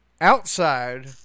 outside